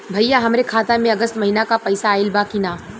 भईया हमरे खाता में अगस्त महीना क पैसा आईल बा की ना?